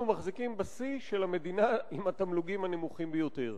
אנחנו מחזיקים ב"שיא" של המדינה עם התמלוגים הנמוכים ביותר.